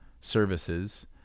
services